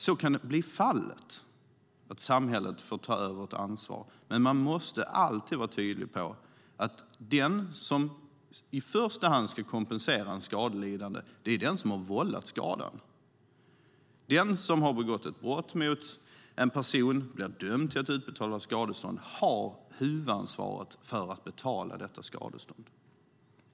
Så kan bli fallet, det vill säga att samhället får ta över ett ansvar, men man måste alltid vara tydlig med att den som i första hand ska kompensera en skadelidande är den som har vållat skadan. Den som har begått ett brott mot en person och blir dömd till att utbetala skadestånd har huvudansvaret för att betala detta skadestånd.